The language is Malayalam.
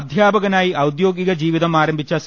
അധ്യാപകനായി ഔദ്യോഗിക ജീവിതം ആരംഭിച്ച സി